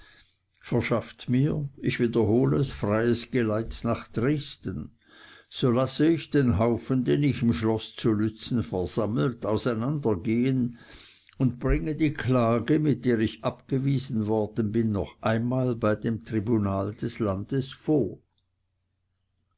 verschafft mir ich wiederhol es freies geleit nach dresden so lasse ich den haufen den ich im schloß zu lützen versammelt auseinandergehen und bringe die klage mit der ich abgewiesen worden bin noch einmal bei dem tribunal des landes vor